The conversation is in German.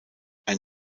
ein